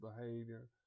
behavior